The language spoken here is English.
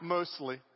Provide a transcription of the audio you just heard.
Mostly